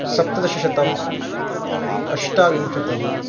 सप्तदशतमम् अष्टाविंशतिः